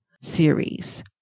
series